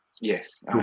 Yes